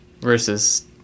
Versus